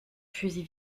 fusil